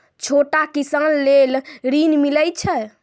छोटा किसान लेल ॠन मिलय छै?